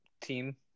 Team